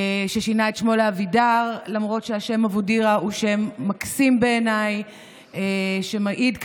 שם בטוח לא יפנו אותך, אין לך